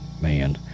Man